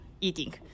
eating